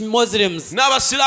Muslims